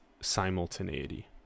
simultaneity